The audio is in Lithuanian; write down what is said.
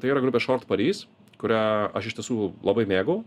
tai yra grupė šort paris kurią aš iš tiesų labai mėgau